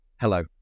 Hello